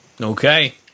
Okay